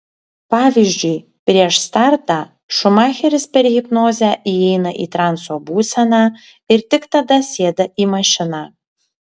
pavyzdžiui prieš startą šumacheris per hipnozę įeina į transo būseną ir tik tada sėda į mašiną